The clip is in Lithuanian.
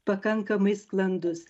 pakankamai sklandus